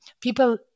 People